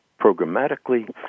programmatically